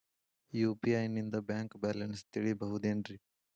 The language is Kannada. ಯು.ಪಿ.ಐ ನಿಂದ ಬ್ಯಾಂಕ್ ಬ್ಯಾಲೆನ್ಸ್ ತಿಳಿಬಹುದೇನ್ರಿ?